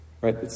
right